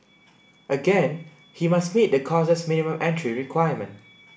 again he must meet the course's minimum entry requirement